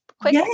quick